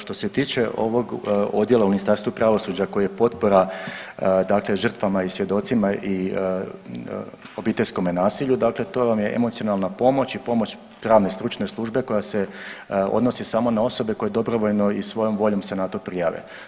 Što se tiče ovog odjela u Ministarstvu pravosuđa koji je potpora dakle žrtvama i svjedocima i obiteljskome nasilju dakle to vam je emocionalna pomoć i pomoć pravne stručne službe koja se odnosi samo na osobe koje dobrovoljno i svojom voljom se na to prijave.